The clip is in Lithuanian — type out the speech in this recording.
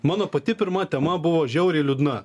mano pati pirma tema buvo žiauriai liūdna